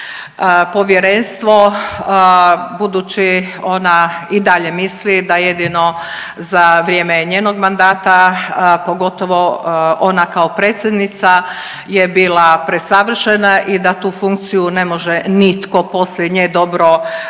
povjerenstvo budući ona i dalje misli da jedino za vrijeme njenog mandata pogotovo ona kao predsjednica je bila presavršena i da tu funkciju ne može nitko poslije nje dobro obavljati